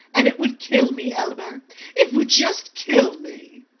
and it would kill me, elmer it would just kill me!